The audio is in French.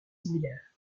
similaires